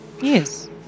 Yes